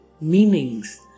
meanings